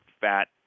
fat